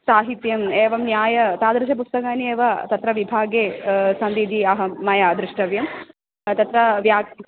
साहित्यम् एवं न्याय तादृशपुस्तकानि एव तत्र विभागे सन्तीति अहं मया दृष्टव्यं तत्र व्या